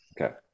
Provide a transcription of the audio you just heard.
Okay